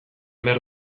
behar